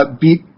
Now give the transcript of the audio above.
beat